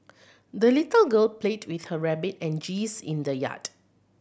the little girl played with her rabbit and geese in the yard